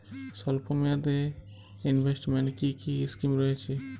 স্বল্পমেয়াদে এ ইনভেস্টমেন্ট কি কী স্কীম রয়েছে?